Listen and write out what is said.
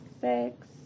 six